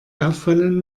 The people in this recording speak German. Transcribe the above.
auffallen